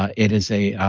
ah it is a